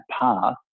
path